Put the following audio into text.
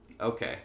Okay